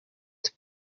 twe